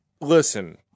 Listen